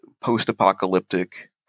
post-apocalyptic